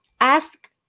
ask